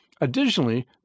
Additionally